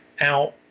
out